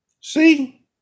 See